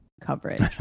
coverage